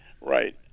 right